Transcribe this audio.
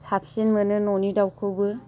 साबसिन मोनो न'नि दाउखौबो